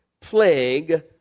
plague